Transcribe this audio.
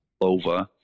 over